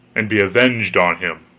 and be avenged on him.